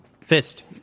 Fist